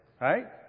right